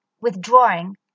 withdrawing